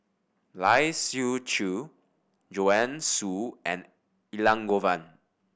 Lai Siu Chiu Joanne Soo and Elangovan